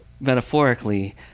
metaphorically